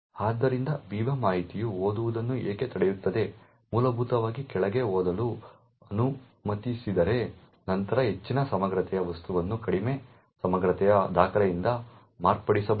ಆದ್ದರಿಂದ Biba ಮಾದರಿಯು ಓದುವುದನ್ನು ಏಕೆ ತಡೆಯುತ್ತದೆ ಮೂಲಭೂತವಾಗಿ ಕೆಳಗೆ ಓದಲು ಅನುಮತಿಸಿದರೆ ನಂತರ ಹೆಚ್ಚಿನ ಸಮಗ್ರತೆಯ ವಸ್ತುವನ್ನು ಕಡಿಮೆ ಸಮಗ್ರತೆಯ ದಾಖಲೆಯಿಂದ ಮಾರ್ಪಡಿಸಬಹುದು